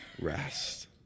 rest